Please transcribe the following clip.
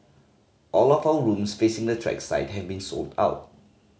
all of our rooms facing the track side have been sold out